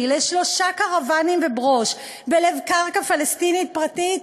לשלושה קרוונים וברוש בלב קרקע פלסטינית פרטית,